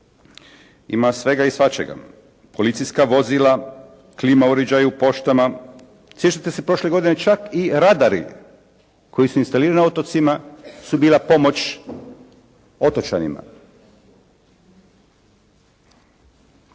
ima svega i svačega, policijska vozila, klima uređaji u poštama, sjećate se prošle godine čak i radari koji su instalirani na otocima su bila pomoć otočanima.